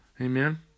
Amen